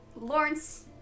Lawrence